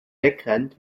wegrennt